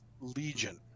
Legion